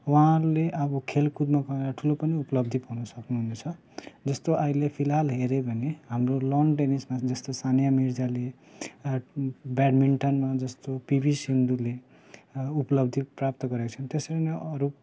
उहाँहरूले अब खेलकुदमा ठुलो पनि उपलब्धि पाउन सक्नु हुनेछ जस्तो अहिले फिलहाल हेऱ्यो भने हाम्रो लन टेनिसमा जस्तो सानिया मिर्जाले ब्याडमिन्टनमा जस्तो पिभी सिन्धुले उपलब्धि प्राप्त गरेको छन् त्यसरी नै अरू